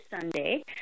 Sunday